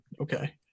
okay